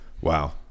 Wow